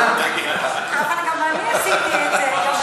אבל גם אני עשיתי את זה.